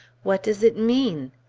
what does it mean?